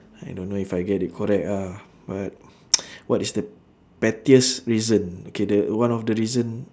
I don't know if I get it correct ah but what is the pettiest reason okay the one of the reason